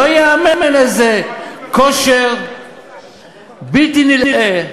לא ייאמן איזה כושר בלתי נלאה,